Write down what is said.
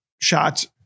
shots